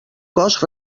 cos